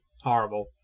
Horrible